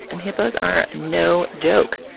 and hippos are no joke.